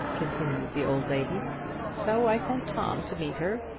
continued the old lady so i sent tom to meet her.